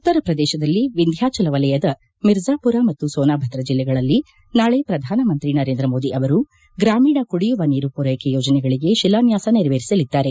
ಉತ್ತರಪ್ರದೇಶದಲ್ಲಿ ವಿಂಧ್ವಾಚಲ ವಲಯದ ಮಿರ್ಜಾಮರ ಮತ್ತು ಸೋನಭದ್ರ ಜಲ್ಲೆಗಳಲ್ಲಿ ನಾಳೆ ಪ್ರಧಾನಮಂತ್ರಿ ನರೇಂದ್ರ ಮೋದಿ ಅವರು ಗ್ರಾಮೀಣ ಕುಡಿಯುವ ನೀರು ಪೂರೈಕೆ ಯೋಜನೆಗಳಿಗೆ ಶಿಲಾನ್ಸಾಸ ನೆರವೇರಿಸಲಿದ್ದಾರೆ